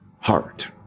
heart